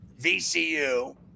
VCU